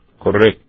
correct